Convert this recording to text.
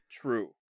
True